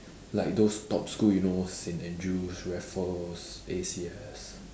like those top school you know Saint Andrew's Raffles A_C_S